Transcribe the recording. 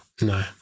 no